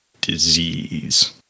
disease